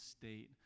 state